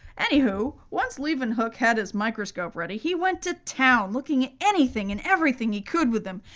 anyhoo, once leeuwenhoek had his microscope ready, he went to town, looking at anything and everything he could with them,